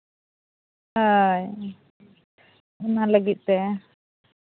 ᱦᱳᱭ ᱚᱱᱟ ᱞᱟᱹᱜᱤᱫ ᱛᱮ